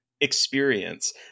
experience